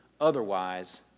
otherwise